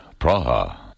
Praha